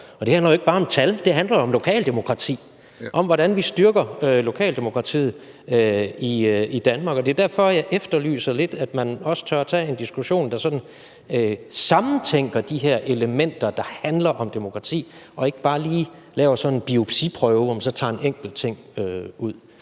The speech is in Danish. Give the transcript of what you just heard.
Det handler jo ikke bare om tal, det handler om lokaldemokrati og om, hvordan vi styrker lokaldemokratiet i Danmark. Det er derfor, jeg lidt efterlyser, at man også tør at tage en diskussion, der sådan sammentænker de her elementer, der handler om demokrati, og ikke bare laver sådan en biopsiprøve, hvor man så tager en enkelt ting ud.